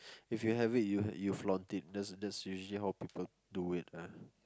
if you have it you you falunt it that's that's usually how people do it ah